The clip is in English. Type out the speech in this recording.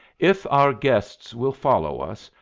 if our guests will follow us,